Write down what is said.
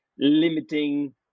limiting